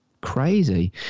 crazy